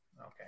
Okay